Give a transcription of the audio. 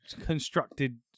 constructed